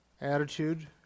attitude